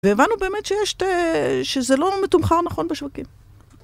והבנו באמת שזה לא מתומכר נכון בשווקים.